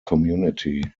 community